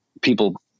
people